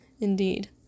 Indeed